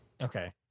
okay